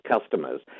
customers